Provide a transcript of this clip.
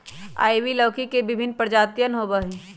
ivy लौकी के विभिन्न प्रजातियन होबा हई